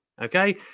okay